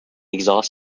exhaust